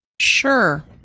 Sure